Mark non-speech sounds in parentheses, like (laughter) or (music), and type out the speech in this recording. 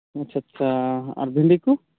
ᱟᱪᱪᱷᱟ ᱟᱪᱪᱷᱟ ᱟᱨ (unintelligible)